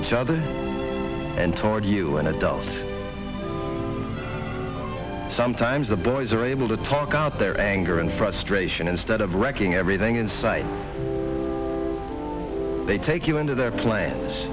each other and toward you and adults sometimes the boys are able to talk out their anger and frustration instead of wrecking everything in sight they take you into their pla